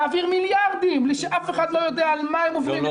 להעביר מיליארדים בלי שאף אחד יודע למה הם עוברים,